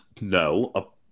no